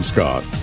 Scott